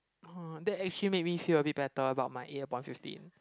uh that actually made me feel a bit better about my eight upon fifteen